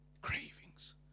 cravings